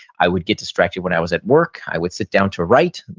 i would get distracted when i was at work, i would sit down to write,